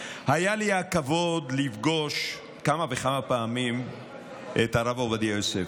היה לי הכבוד לפגוש כמה וכמה פעמים את הרב עובדיה יוסף,